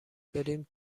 بریم